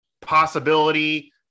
possibility